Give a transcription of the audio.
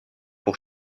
pour